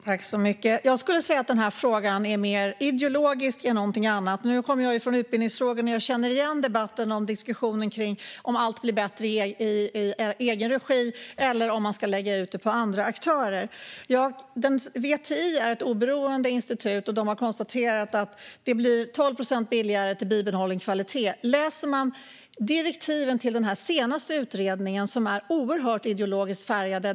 Herr talman! Jag skulle säga att den här frågan i första hand är ideologisk. Jag har arbetat med utbildningsfrågor och känner igen debatten och diskussionen kring om allt blir bättre i egen regi eller om man ska lägga ut det på andra aktörer. VTI är ett oberoende institut som har konstaterat att det blir 12 procent billigare med bibehållen kvalitet. Direktiven till den senaste utredningen är oerhört ideologiskt färgade.